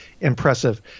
impressive